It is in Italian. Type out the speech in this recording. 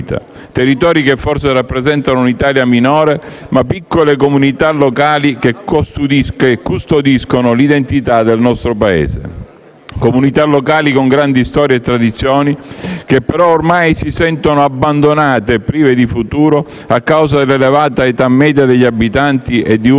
Territori che forse rappresentano una Italia minore: piccole comunità locali che custodiscono l'identità del nostro Paese. Comunità locali con grandi storie e tradizioni che, però, ormai si sentono abbandonate e prive di futuro a causa dell'elevata età media degli abitanti e di uno